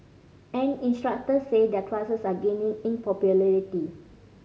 and instructors say their classes are gaining in popularity